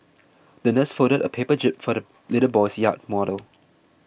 the nurse folded a paper jib for the little boy's yacht model